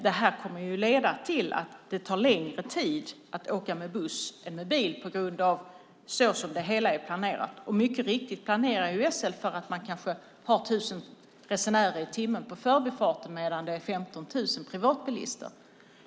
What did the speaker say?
Det kommer att leda till att det tar längre tid att åka med buss än med bil såsom det hela är planerat. Och mycket riktigt planerar SL för att ha kanske 1 000 resenärer i timmen på förbifarten medan det är 15 000 privatbilister.